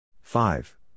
Five